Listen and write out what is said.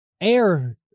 air